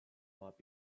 might